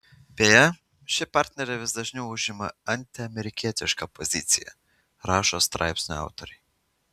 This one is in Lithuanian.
beje ši partnerė vis dažniau užima antiamerikietišką poziciją rašo straipsnių autoriai